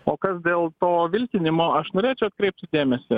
o kas dėl to vilkinimo aš norėčiau atkreipti dėmesį